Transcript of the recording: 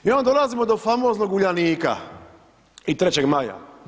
I onda dolazimo do famoznog Uljanika i 3. maja.